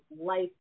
life